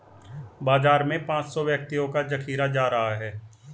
बाजार में पांच सौ व्यक्तियों का जखीरा जा रहा है